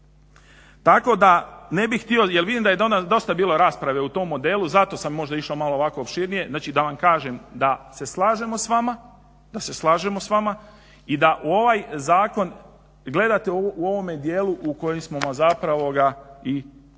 Tako da ne bih htio, jer vidim da je danas dosta bilo rasprave u tom modelu, zato sam možda išao ovako opširnije, znači da vam kažem da se slažemo s vama i da ovaj zakon gledate u ovom dijelu u kojem smo vam i